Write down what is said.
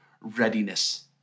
readiness